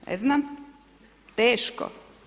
Ne znam, teško.